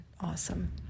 awesome